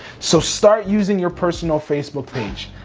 so start using your personal facebook page,